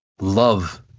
love